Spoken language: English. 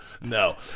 No